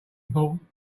important